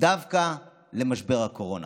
דווקא למשבר הקורונה.